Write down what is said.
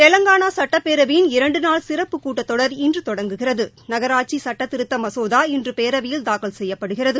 தெலங்கானா சட்டப்பேரவையின் இரண்டு நாள் சிறப்பு கூட்டத் தொடர் இன்று தொடங்குகிறது நகராட்சி சட்டத்திருத்த மசோதா இன்று பேரவையில் தாக்கல் செய்யப்படுகிறது